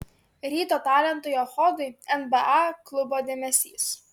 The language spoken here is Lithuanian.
ryto talentui echodui nba klubo dėmesys